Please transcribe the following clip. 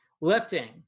Lifting